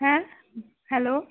হ্যাঁ হ্যালো